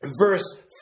verse